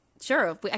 sure